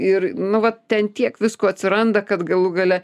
ir nu va ten tiek visko atsiranda kad galų gale